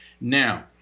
Now